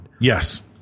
Yes